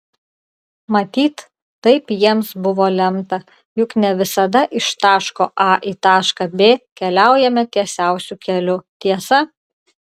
matyt taip jiems buvo lemta juk ne visada iš taško a į tašką b keliaujame tiesiausiu keliu tiesa